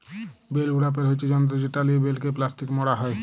bell উড়াপের হচ্যে যন্ত্র যেটা লিয়ে বেলকে প্লাস্টিকে মড়া হ্যয়